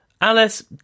Alice